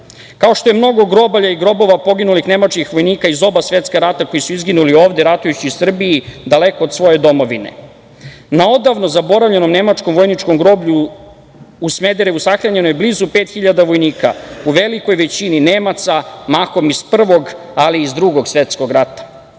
kao što je mnogo grobalja i grobova poginulih nemačkih vojnika iz oba svetska rata koji su izginuli ovde ratujući u Srbiji, daleko od svoje domovine, na odavno zaboravljenom nemačkom vojničkom groblju u Smederevu sahranjeno je blizu pet hiljada vojnika, u velikoj većini Nemaca mahom iz Prvog, ali i iz Drugog svetskog